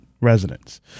residents